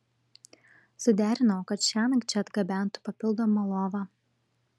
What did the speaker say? suderinau kad šiąnakt čia atgabentų papildomą lovą